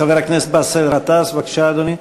חבר הכנסת באסל גטאס, בבקשה, אדוני.